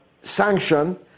sanction